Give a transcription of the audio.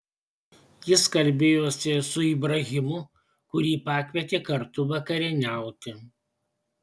jis kalbėjosi su ibrahimu kurį pakvietė kartu vakarieniauti